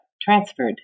transferred